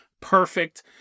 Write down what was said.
perfect